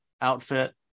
outfit